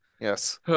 Yes